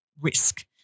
risk